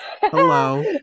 Hello